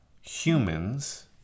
humans